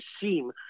seem